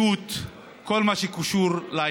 בבקשה, חבר הכנסת חמד